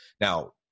now